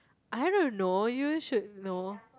I don't know you should know